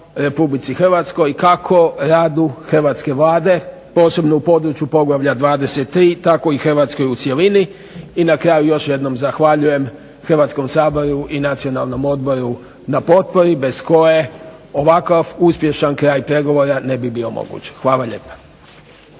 poslova dao RH kako rad hrvatske Vlade posebno u području poglavlja 23 tako i Hrvatskoj u cjelini. I na kraju još jednom zahvaljujem Hrvatskom saboru i Nacionalnom odboru na potpori bez koje ovakav uspješan kraj pregovora ne bi bio moguć. Hvala lijepa.